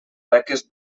beques